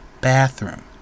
bathroom